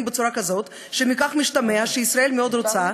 בצורה כזאת שמשתמע שישראל מאוד רוצה,